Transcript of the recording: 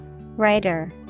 Writer